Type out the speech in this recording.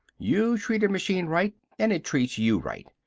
you treat a machine right and it treats you right.